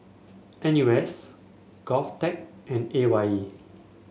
N U S Govtech and A Y E